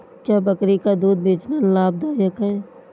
क्या बकरी का दूध बेचना लाभदायक है?